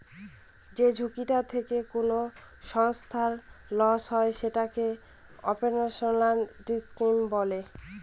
যে ঝুঁকিটা থেকে কোনো সংস্থার লস হয় সেটাকে অপারেশনাল রিস্ক বলে